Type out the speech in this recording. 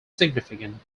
significant